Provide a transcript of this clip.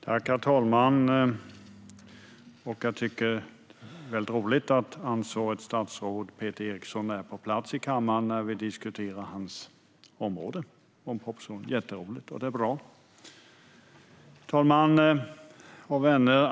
Herr talman! Jag tycker att det är roligt att det ansvariga statsrådet Peter Eriksson är på plats i kammaren när vi diskuterar hans område och proposition. Det är jätteroligt och bra. Herr talman och vänner!